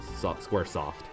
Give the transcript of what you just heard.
Squaresoft